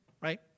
right